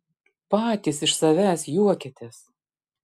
patys iš savęs juokiatės